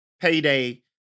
payday